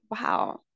wow